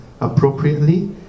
appropriately